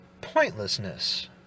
pointlessness